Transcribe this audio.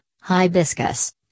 hibiscus